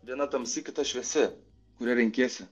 viena tamsi kita šviesi kurią renkiesi